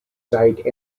site